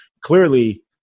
clearly